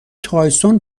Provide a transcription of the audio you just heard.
تایسون